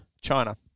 China